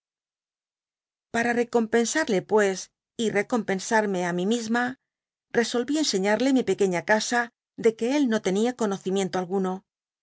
para recompensarle pues y recompensarme á mí misma resolví enseñarle mi pequefia casa de que él no tenia conocimiento alguno